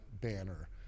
banner